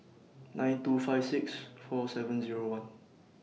nine two five six four seven Zero one